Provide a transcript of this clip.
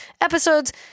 episodes